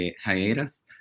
hiatus